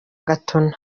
gatuna